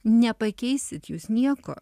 nepakeisit jūs nieko